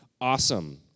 awesome